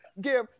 give